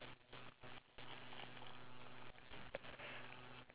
I feel like ya I agree with what you say